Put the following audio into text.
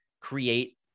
create